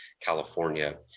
California